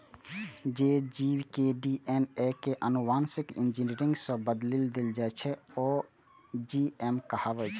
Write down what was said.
जे जीव के डी.एन.ए कें आनुवांशिक इंजीनियरिंग सं बदलि देल जाइ छै, ओ जी.एम कहाबै छै